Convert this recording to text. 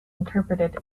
interpreted